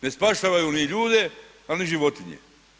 Ne spašavaju ni ljude ali ni životinje.